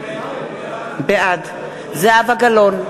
בעד זהבה גלאון,